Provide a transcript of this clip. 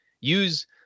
use